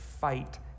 fight